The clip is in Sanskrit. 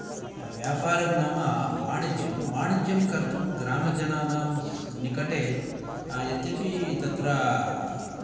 व्यापारं नाम वाणिज्यं वाणिज्यं कर्तुं ग्रामजनानां स् निकटे यद्यपि तत्र